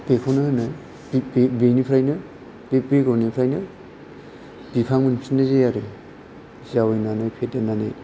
बेनिफ्रायनोे बे बेगरनिफ्रायनो बिफां मोनफिननाय जायो आरो जावैनानै फेदेरनानै